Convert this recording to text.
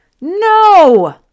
No